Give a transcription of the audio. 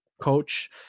coach